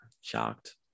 shocked